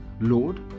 Lord